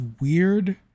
weird